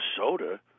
Minnesota